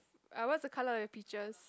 uh what's the colour of your peaches